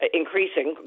increasing